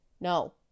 No